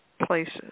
places